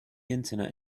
internet